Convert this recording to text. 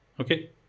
Okay